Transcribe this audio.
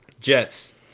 Jets